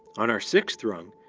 on our sixth rung,